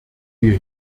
wir